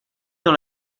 dans